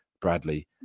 Bradley